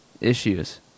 issues